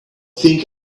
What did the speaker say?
think